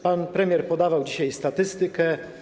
Pan premier podawał dzisiaj statystyki.